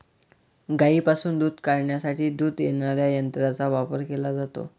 गायींपासून दूध काढण्यासाठी दूध देणाऱ्या यंत्रांचा वापर केला जातो